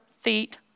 feet